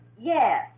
Yes